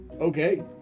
Okay